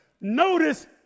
notice